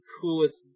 coolest